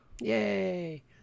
Yay